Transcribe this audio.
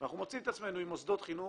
אנחנו מוצאים את עצמנו עם מוסדות חינוך